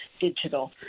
digital